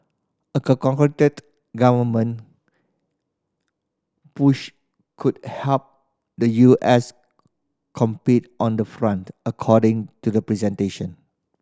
a concerted government push could help the U S compete on the front according to the presentation